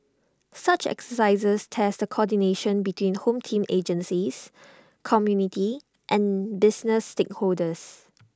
such exercises test the coordination between home team agencies community and business stakeholders